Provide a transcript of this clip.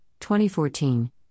2014